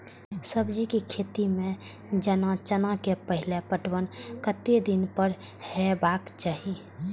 सब्जी के खेती में जेना चना के पहिले पटवन कतेक दिन पर हेबाक चाही?